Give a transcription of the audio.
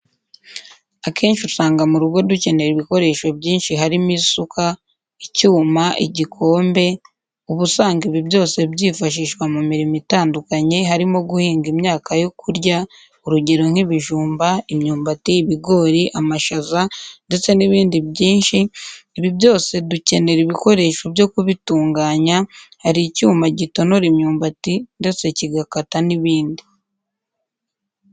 Akenshi usanga mu rugo dukenera ibikoresho byinshi harimo isuka, icyuma, igikombe, uba usanga ibi byose byifashishwa mu mirimo itandukanye harimo guhinga imyaka yo kurya urugero nk'ibijumba, imyumbati, ibigori, amashaza ndetse n'ibindi byinshi, ibi byose dukenera ibikoresho byo kubitunganya, hari icyuma gitonora imyumbati ndetse kigakata n'ibindi.